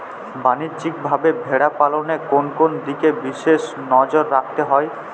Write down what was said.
বাণিজ্যিকভাবে ভেড়া পালনে কোন কোন দিকে বিশেষ নজর রাখতে হয়?